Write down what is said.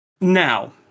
Now